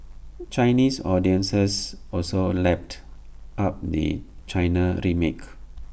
Chinese audiences also lapped up the China remake